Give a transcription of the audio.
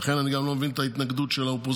ולכן אני גם לא מבין את ההתנגדות של האופוזיציה.